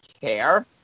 care